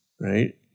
right